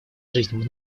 жизнь